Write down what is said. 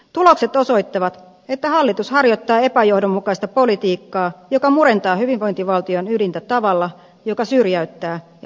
tulokset osoittavat että hallitus harjoittaa epäjohdonmukaista politiikkaa joka murentaa hyvinvointivaltion ydintä tavalla joka syrjäyttää ja lisää kustannuksia